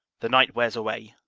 the night wears away.